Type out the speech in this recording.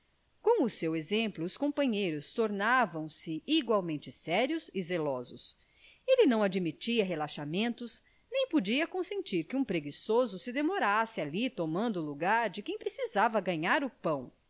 com o seu exemplo os companheiros tornavam se igualmente sérios e zelosos ele não admitia relaxamentos nem podia consentir que um preguiçoso se demorasse ali tomando o lagar de quem precisava ganhar o pão